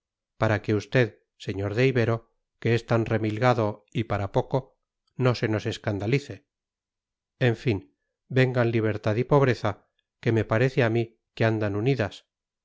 para que usted sr de ibero que es tan remilgado y para poco no se nos escandalice en fin vengan libertad y pobreza que me parece a mí que andan unidas